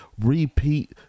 Repeat